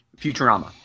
Futurama